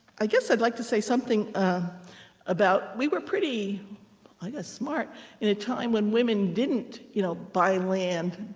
i guess i'd like to say something ah about we were pretty like smart in a time when women didn't you know buy land,